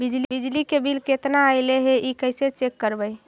बिजली के बिल केतना ऐले हे इ कैसे चेक करबइ?